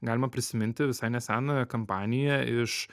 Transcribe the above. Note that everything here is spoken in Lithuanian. galima prisiminti visai neseną kampaniją iš